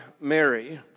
Mary